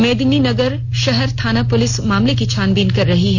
मेदिनीनगर शहर थाना पुलिस मामले की छानबीन कर रही है